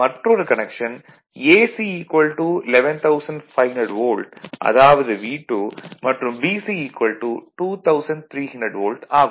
மற்றொரு connection AC 11500 volt அதாவது V2 மற்றும் BC 2300 வோல்ட் ஆகும்